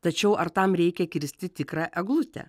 tačiau ar tam reikia kirsti tikrą eglutę